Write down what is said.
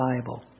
Bible